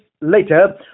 later